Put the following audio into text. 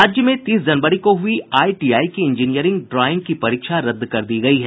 राज्य में तीस जनवरी को हुई आईटीआई की इंजीनियरिंग ड्राइंग की परीक्षा रद्द कर दी गयी है